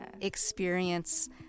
experience